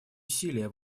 усилия